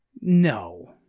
No